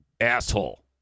Asshole